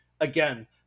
Again